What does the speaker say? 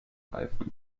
reifen